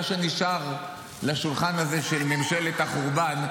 מה שנשאר לשולחן הזה של ממשלת החורבן,